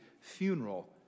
funeral